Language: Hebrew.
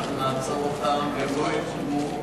אנחנו נעצור אותן, והן לא יקודמו.